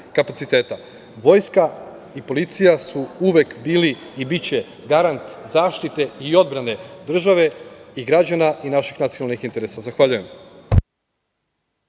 kapaciteta. Vojska i policija su uvek bili i biće garant zaštite i odbrane države i građana i naših nacionalnih interesa. Zahvaljujem.